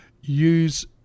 use